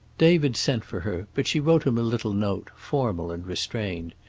david sent for her, but she wrote him a little note, formal and restrained.